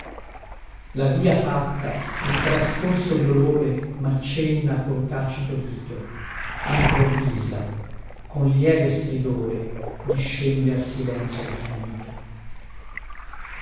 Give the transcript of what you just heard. la via fatta il trascorso dolore maccenna col tacito dito improvvisa con lieve stridore discende al silenzio infinito